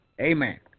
Amen